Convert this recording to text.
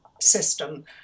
system